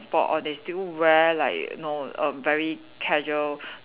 or they still wear like you know erm very casual